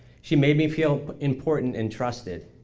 she made me feel important and trusted.